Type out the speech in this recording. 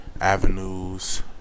avenues